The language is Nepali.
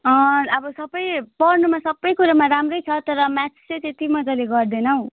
अँ अब सबै पढ्नुमा सबै कुरोमा राम्रै छ तर म्याथ चाहिँ त्यति मज्जाले गर्दैन हौ